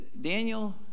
Daniel